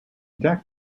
deck